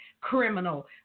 criminal